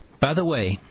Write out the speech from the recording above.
by the way,